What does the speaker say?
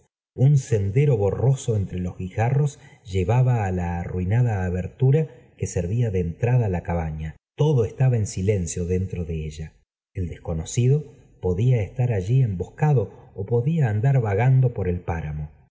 un sendero borroso entre los guijarrros llevaba á la arruinada abertura que servía de entrada á la cabaña todo estaba en silencio dentro do ella el desconocido podía estar allí emboscado ó podía andar vagando por el páramo